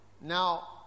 Now